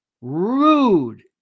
rude